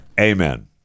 Amen